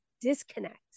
disconnect